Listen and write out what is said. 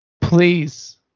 Please